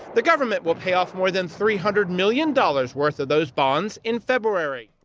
the government will pay off more than three hundred million dollars worth of those bonds in february.